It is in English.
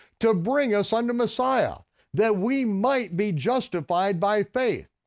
to bring us under messiah that we might be justified by faith,